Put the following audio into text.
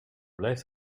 blijft